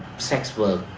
sex work?